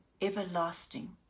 everlasting